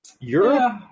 Europe